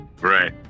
Right